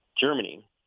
Germany